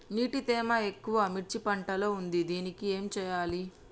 నీటి తేమ ఎక్కువ మిర్చి పంట లో ఉంది దీనికి ఏం చేయాలి?